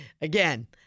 Again